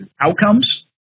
outcomes